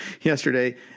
yesterday